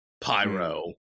Pyro